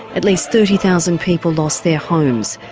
at least thirty thousand people lost their homes.